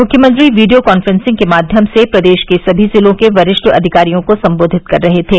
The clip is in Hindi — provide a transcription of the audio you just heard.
मुख्यमंत्री वीडियो कॉन्फ्रेंसिंग के माध्यम से प्रदेश के सभी जिलों के वरिष्ठ अधिकारियों को संबोधित कर रहे थे